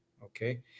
Okay